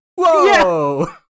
Whoa